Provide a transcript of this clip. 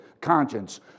conscience